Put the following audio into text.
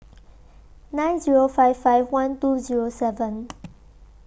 nine Zero five five one two Zero seven